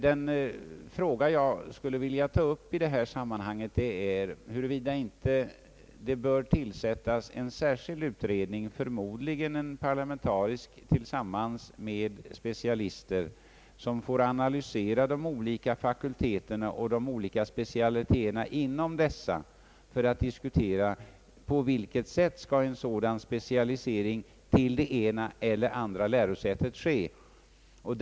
Den fråga jag skulle vilja ta upp i detta sammanhang är huruvida det inte bör tillsättas en särskild utredning, förmodligen en parlamentarisk sådan tillsammans med specialister, som får analysera de olika fakulteterna och specialiteterna inom desamma för att kunna diskutera på vilket sätt en specialisering till det ena eller det andra lärosätet skall ske.